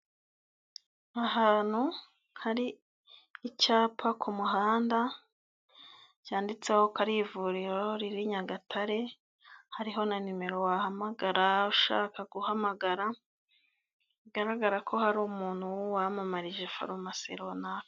Ahantu hari icyapa ku muhanda, cyanditseho ko rivuriro riri i Nyagatare. Hariho na nimero wahamagara ushaka guhamagara. Bigaragara ko ari umuntu wamamarije farumasi runaka.